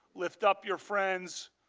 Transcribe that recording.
lift up your friends,